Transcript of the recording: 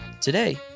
Today